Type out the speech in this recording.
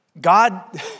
God